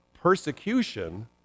persecution